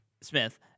Smith